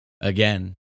Again